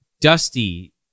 Dusty